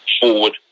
forward